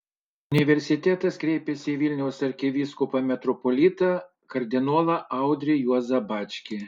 universitetas kreipėsi į vilniaus arkivyskupą metropolitą kardinolą audrį juozą bačkį